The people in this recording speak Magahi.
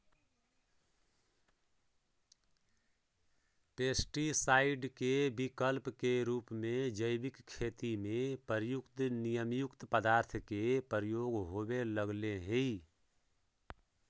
पेस्टीसाइड के विकल्प के रूप में जैविक खेती में प्रयुक्त नीमयुक्त पदार्थ के प्रयोग होवे लगले हि